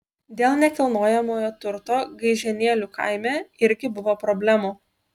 dėl nekilnojamojo turto gaižėnėlių kaime irgi buvo problemų